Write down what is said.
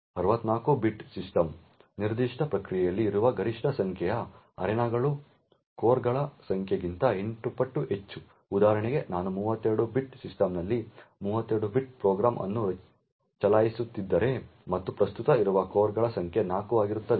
64 bit ಸಿಸ್ಟಮ್ನಲ್ಲಿ ನಿರ್ದಿಷ್ಟ ಪ್ರಕ್ರಿಯೆಯಲ್ಲಿ ಇರುವ ಗರಿಷ್ಠ ಸಂಖ್ಯೆಯ ಅರೆನಾಗಳು ಕೋರ್ಗಳ ಸಂಖ್ಯೆಗಿಂತ 8 ಪಟ್ಟು ಹೆಚ್ಚು ಉದಾಹರಣೆಗೆ ನಾನು 32 ಬಿಟ್ ಸಿಸ್ಟಮ್ನಲ್ಲಿ 32 ಬಿಟ್ ಪ್ರೋಗ್ರಾಂ ಅನ್ನು ಚಲಾಯಿಸುತ್ತಿದ್ದರೆ ಮತ್ತು ಪ್ರಸ್ತುತ ಇರುವ ಕೋರ್ಗಳ ಸಂಖ್ಯೆ 4 ಆಗಿರುತ್ತದೆ